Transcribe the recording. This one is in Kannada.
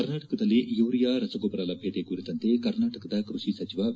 ಕರ್ನಾಟಕದಲ್ಲಿ ಯೂರಿಯಾ ರಸಗೊಬ್ಬರ ಲಭ್ಯತೆ ಕುರಿತಂತೆ ಕರ್ನಾಟಕದ ಕೃಷಿ ಸಚಿವ ಬಿ